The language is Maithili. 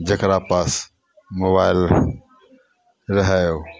जकरा पास मोबाइल रहै ओ